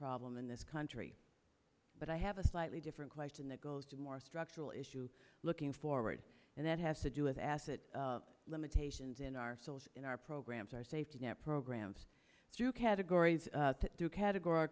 problem in this country but i have a slightly different question that goes to more structural issue looking forward and that has to do with acid limitations in our souls in our programs our safety net programs through categories that through categor